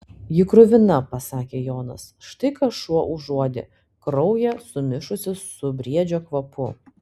ji kruvina pasakė jonas štai ką šuo užuodė kraują sumišusį su briedžio kvapu